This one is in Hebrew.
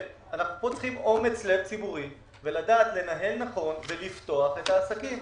כאן אנחנו צריכים אומץ לב ציבורי ולדעת לנהל נכון ולפתוח את העסקים.